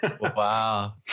Wow